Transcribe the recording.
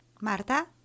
Marta